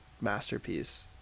masterpiece